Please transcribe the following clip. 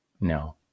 No